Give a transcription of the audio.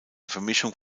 vermischung